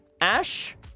Ash